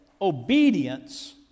obedience